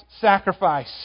sacrifice